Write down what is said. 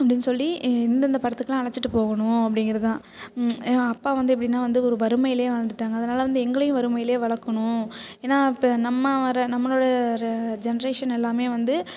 அப்டின்னு சொல்லி இந்தந்த படத்துக்கெல்லாம் அழைச்சிட்டு போகணும் அப்டிங்கிறதுதான் என் அப்பா வந்து எப்படின்னா வந்து ஒரு வறுமையிலேயே வளர்ந்துட்டாங்க அதனால் வந்து எங்களையும் வறுமையிலேயே வளர்க்கணும் ஏன்னா அப்போ நம்ம வர நம்மளோட ஜென்ரேஷன் எல்லாம் வந்து